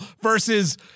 versus